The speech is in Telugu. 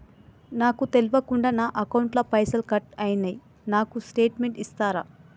నాకు తెల్వకుండా నా అకౌంట్ ల పైసల్ కట్ అయినై నాకు స్టేటుమెంట్ ఇస్తరా?